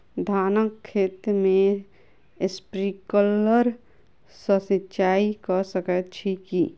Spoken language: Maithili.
धानक खेत मे स्प्रिंकलर सँ सिंचाईं कऽ सकैत छी की?